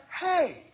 hey